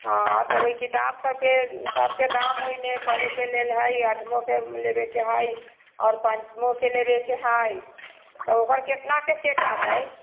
हँ तऽ ओहि किताब सभके सभके दाम ओहिमे करैके लेल हइ आठमोके लेबेके हइ आओर पाँचमोके लेबैके हइ तऽ ओकर केतनाके सेट एतै